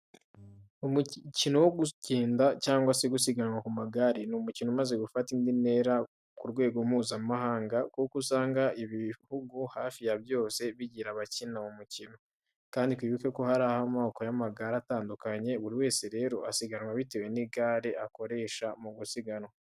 Umukino wo kugenda cyangwa se gusiganwa ku magare ni umukino umaze gufata indi ntera ku rwego Mpuzamahanga kuko usanga ibihugu hafi ya byose bigira abakina uwo mukino. Kandi twibuke ko hariho amoko y'amagare atandukanye buri wese rero asiganwa bitewe n'igare akoresha mu gusiganwa.